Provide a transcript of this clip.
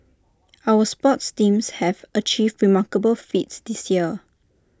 our sports teams have achieved remarkable feats this year